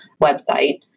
website